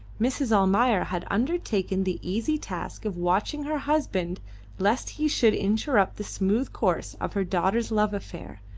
mrs. almayer had undertaken the easy task of watching her husband lest he should interrupt the smooth course of her daughter's love affair,